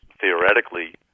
theoretically